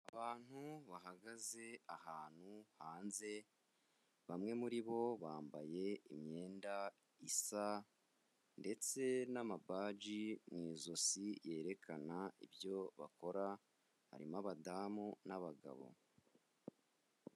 Abantu bahagaze ahantu hanze, bamwe muri bo bambaye imyenda isa ndetse n'amabaji mu ijosi yerekana ibyo bakora, harimo abadamu n'abagabo.